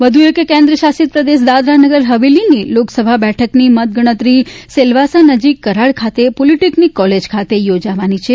વ્ધુ એક કેન્દ્રશાસિત પ્રદેશ દાદરાનગર હવેલીની લોકસભા બેઠકની મતગણતરી સિલવાસા નજીક કરાડ ખાતે પોલીટેકનીક કોલેજ ખાતે યોજાવાની છે